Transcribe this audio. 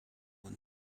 and